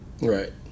Right